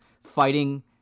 fighting